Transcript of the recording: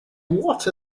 what